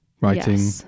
writing